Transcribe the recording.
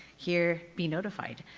here be notified.